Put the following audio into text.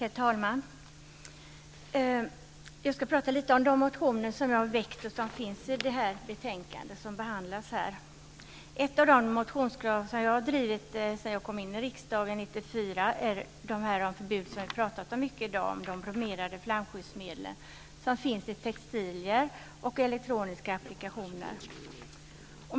Herr talman! Jag ska prata lite om de motioner som jag har väckt och som behandlas i det här betänkandet. Ett av de motionskrav som jag har drivit sedan jag kom in i riksdagen 1994 är ett förbud mot bromerade flamskyddsmedel, som vi har pratat mycket om i dag. De finns i textilier och i elektroniska applikationer.